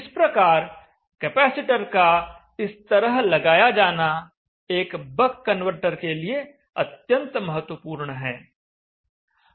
इस प्रकार कैपेसिटर का इस तरह लगाया जाना एक बक कन्वर्टर के लिए अत्यंत महत्वपूर्ण है